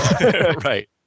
Right